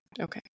Okay